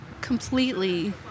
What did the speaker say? completely